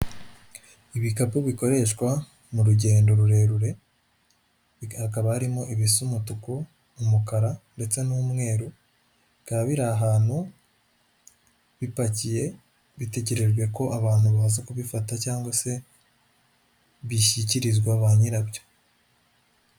Ibikapu bikoreshwa mu rugendo rurerure, hakaba harimo ibisa umutuku, umukara ndetse n'umweru, bikaba biri ahantu bipakiye bitegerejwe ko abantu bava kubifata cyangwa se bishyikirizwa ba nyirabyo.